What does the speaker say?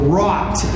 rot